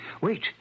Wait